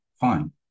fine